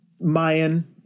Mayan